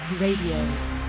Radio